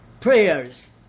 prayers